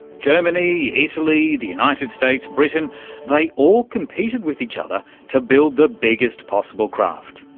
germany, italy, the united states, britain they all competed with each other to build the biggest possible craft,